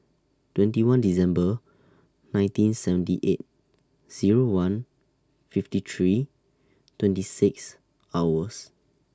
twenty one December nineteen seventy eight Zero one fifty three twenty six hours